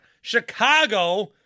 Chicago